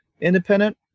independent